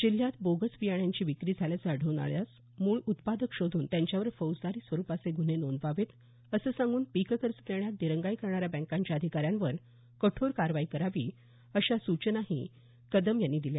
जिल्ह्यात बोगस बियाण्याची विक्री झाल्याचं आढळून आल्यास मूळ उत्पादक शोधून त्यांच्यावर फौजदारी स्वरुपाचे गुन्हे नोंदवावेत असं सांगून पीककर्ज देण्यात दिरंगाई करणाऱ्या बँकांच्या अधिकाऱ्यांवर कठोर कारवाई करावी अशा सूचनाही कदम यांनी दिल्या